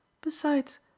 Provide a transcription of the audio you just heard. Besides